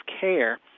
care